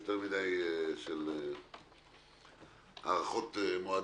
יותר מדי של הארכות מועדים.